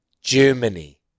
Germany